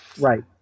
Right